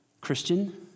Christian